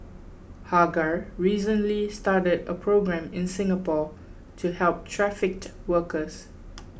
Hagar recently started a programme in Singapore to help trafficked workers